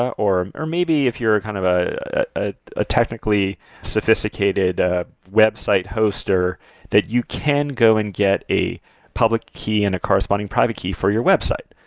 ah or or maybe if you're kind of ah ah a technically sophisticated ah website hoster that you can go and get a public key and a corresponding private key for your website.